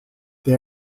they